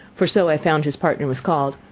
for so i found his partner was called,